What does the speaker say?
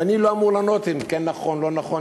ואני לא אמור לענות אם כן נכון, לא נכון.